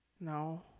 No